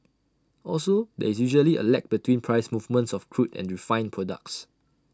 also there is usually A lag between price movements of crude and refined products